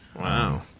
Wow